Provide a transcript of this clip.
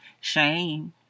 Shame